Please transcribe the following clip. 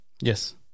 Yes